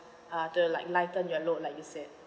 uh the lighten your load like you say